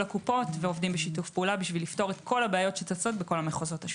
הקופות ועובדים בשיתוף פעולה כדי לפתור את כל הבעיות שצצות בכל המחוזות.